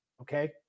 okay